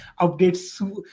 updates